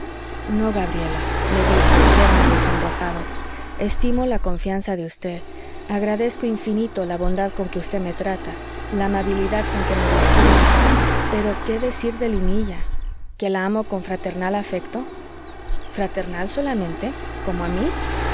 no gabriela le dije trémulo y sonrojado estimo la confianza de usted agradezco infinito la bondad con que usted me trata la amabilidad con que me distingue pero qué decir de linilla que la amo con fraternal afecto fraternal solamente cómo a mí